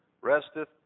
resteth